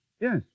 Yes